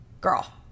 girl